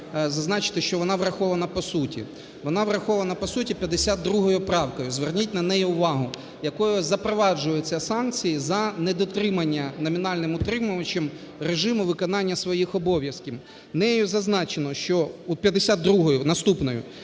Вона врахована по суті 52 правкою, зверніть на неї увагу, якою запроваджуються санкції за недотримання номінальним утримувачем режиму виконання своїх обов'язків. Нею зазначено, 52-ю,